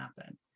happen